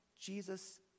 Jesus